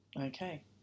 Okay